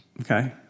Okay